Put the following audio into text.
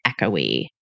echoey